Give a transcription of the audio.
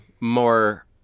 more